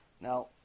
Now